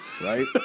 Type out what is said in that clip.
Right